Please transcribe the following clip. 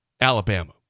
Alabama